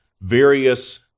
various